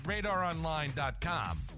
RadarOnline.com